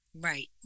Right